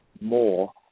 more